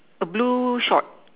a blue short